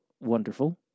wonderful